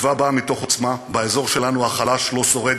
התקווה באה מתוך עוצמה, ובאזור שלנו החלש לא שורד.